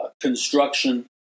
construction